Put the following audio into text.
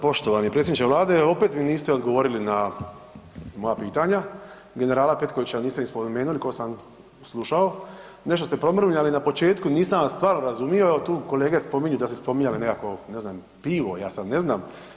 Poštovani predsjedniče vlade, opet mi niste odgovorili na moja pitanja, generala Petkovića niste ni spomenuli košto sam slušao, nešto ste promrmljali na početku, nisam vas stvarno razumio, evo tu kolege spominju da ste spominjali nekakvo ne znam pivo, ja sad ne znam.